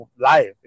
life